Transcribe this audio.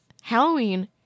Halloween